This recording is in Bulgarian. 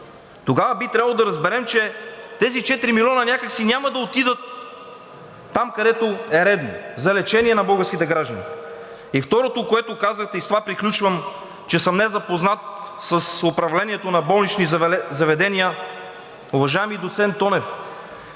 тогава би трябвало да разберем, че тези четири милиона някак си няма да отидат там, където е редно – за лечение на българските граждани. И второто, което казахте, и с това приключвам, че съм незапознат с управлението на болнични заведения. Уважаеми доцент Тонев,